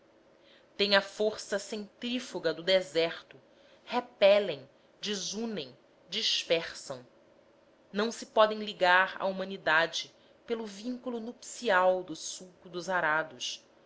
a força centrífuga do deserto repelem desunem dispersam não se podem ligar à humanidade pelo vínculo nupcial do sulco dos arados